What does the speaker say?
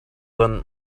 then